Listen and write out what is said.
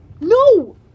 No